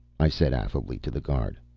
i said affably to the guard.